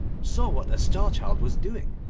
saw what the star-child was doing,